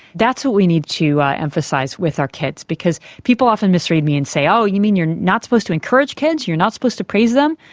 that's what we need to emphasise with our kids, because people often misread me and say, oh, you mean you're not supposed to encourage kids? you're not supposed to praise them?